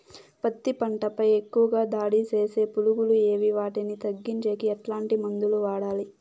పత్తి పంట పై ఎక్కువగా దాడి సేసే పులుగులు ఏవి వాటిని తగ్గించేకి ఎట్లాంటి మందులు వాడాలి?